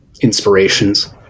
inspirations